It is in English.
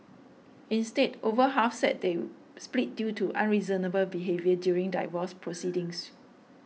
instead over half said they split due to unreasonable behaviour during divorce proceedings